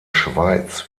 schweiz